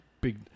big